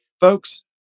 Folks